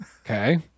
okay